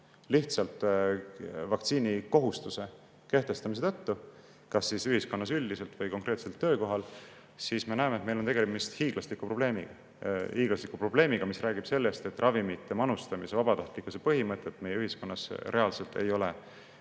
lihtsalt vaktsiinikohustuse kehtestamise tõttu kas ühiskonnas üldiselt või konkreetselt töökohal, siis me näeme, et meil on tegemist hiiglasliku probleemiga. Hiiglasliku probleemiga, mis räägib sellest, et ravimite manustamise vabatahtlikkuse põhimõtet ei ole meie ühiskonnas reaalselt